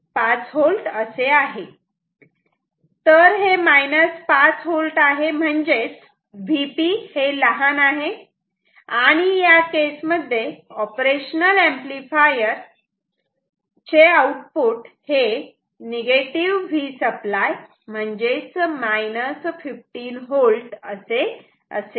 तर हे 5V आहे म्हणजेच Vp हे लहान आहे आणि या केस मध्ये ऑपरेशनल ऍम्प्लिफायर आउटपुट हे V सप्लाय म्हणजे 15V असे असेल